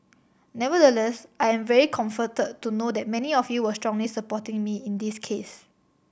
nevertheless I am very comforted to know that many of you were strongly supporting me in this case